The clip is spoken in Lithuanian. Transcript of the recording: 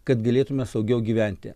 kad galėtume saugiau gyventi